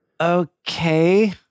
Okay